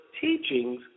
teachings